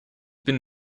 bin